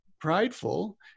prideful